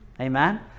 Amen